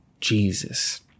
Jesus